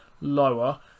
lower